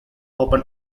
open